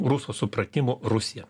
rusų supratimu rusija